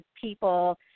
people